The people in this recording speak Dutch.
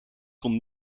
kon